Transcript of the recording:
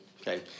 Okay